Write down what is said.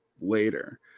later